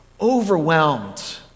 overwhelmed